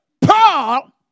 Paul